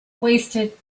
wasted